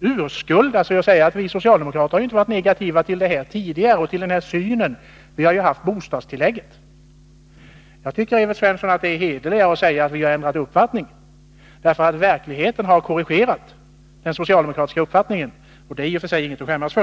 urskulda sig genom att säga att socialdemokraterna tidigare inte har varit negativa till det eller till den syn som ligger bakom detta stöd, eftersom vi har haft bostadstilläggen. Det vore, Evert Svensson, hederligare att säga att ni har ändrat uppfattning. Verkligheten har nämligen korrigerat den socialdemokratiska uppfattningen. Det är i och för sig inget att skämmas för.